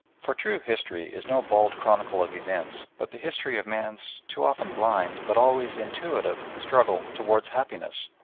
for true history is no bald chronicle of events but the history of man's, too often blind but always intuitive, struggle towards happiness.